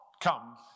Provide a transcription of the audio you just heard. Come